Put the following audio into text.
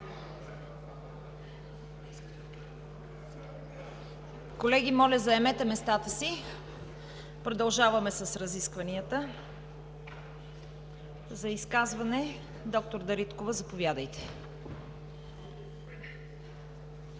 Колеги, моля, заемете местата си. Продължаваме с разискванията. За изказване – д-р Дариткова, заповядайте. ДАНИЕЛА